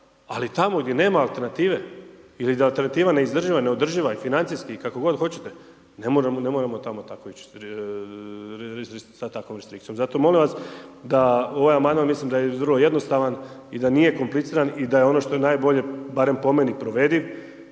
Ali tamo gdje nema alternative ili da alternativa je neizdrživa, neodrživa i financijski i kako god hoćete, ne moramo tamo tako ići sa takvom restrikcijom. Zato molim vas da ovaj amandman mislim da je vrlo jednostavan i da nije kompliciran i da je ono što je najbolje barem po meni provediv,